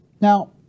Now